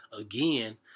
again